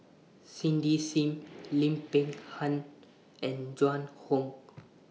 Cindy SIM Lim Peng Han and Joan Hon